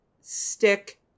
Stick